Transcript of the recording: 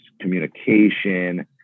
communication